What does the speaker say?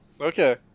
Okay